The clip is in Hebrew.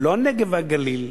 לא הנגב והגליל,